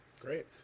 Great